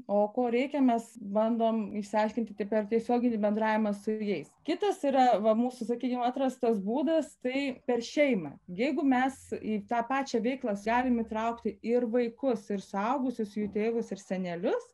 o ko reikia mes bandom išsiaiškinti tai per tiesioginį bendravimą su jais kitas yra va mūsų sakykim atrastas būdas tai per šeimą jeigu mes į tą pačią veiklas galim įtraukti ir vaikus ir suaugusius jų tėvus ir senelius